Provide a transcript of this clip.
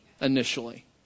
initially